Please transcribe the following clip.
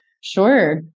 Sure